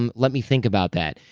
and let me think about that.